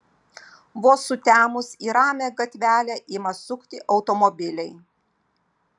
vos sutemus į ramią gatvelę ima sukti automobiliai